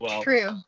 True